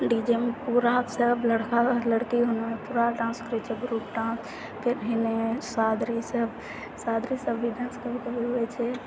डीजेमे पूरा सब लड़का लड़की पूरा डान्स करै छै ग्रुप डान्स फेर एनै शादी सब शादी सबमे भी डान्स होइ छै